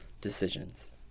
decisions